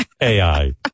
AI